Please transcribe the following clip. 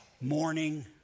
morning